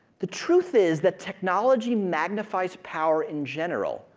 the truth is that technology magnifies power in general,